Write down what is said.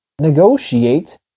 Negotiate